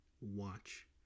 watch